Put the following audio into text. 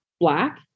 black